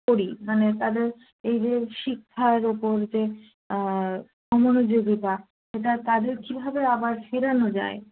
করি মানে তাদের এই যে শিক্ষার ওপর যে অমনোযোগিতা সেটা তাদের কীভাবে আবার ফেরানো যায়